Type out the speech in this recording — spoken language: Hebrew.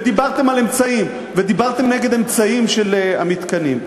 ודיברתם על אמצעים ודיברתם נגד אמצעים של המתקנים,